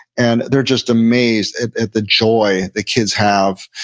and they're just amazed at at the joy the kids have,